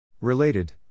Related